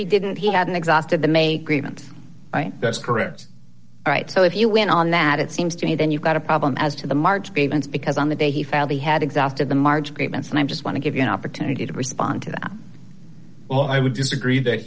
he didn't he hadn't exhausted them a grievance that's correct right so if you win on that it seems to me then you've got a problem as to the march davis because on the day he felt he had exhausted the march great months and i just want to give you an opportunity to respond to that well i would disagree that